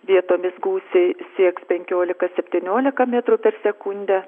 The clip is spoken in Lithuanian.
vietomis gūsiai sieks penkiolika septyniolika metrų per sekundę